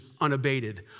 unabated